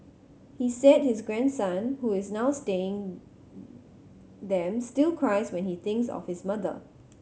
he said his grandson who is now staying them still cries when he thinks of his mother